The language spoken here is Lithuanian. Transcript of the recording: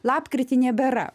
lapkritį nebėra